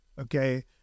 Okay